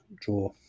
draw